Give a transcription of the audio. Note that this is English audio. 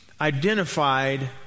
identified